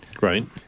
Right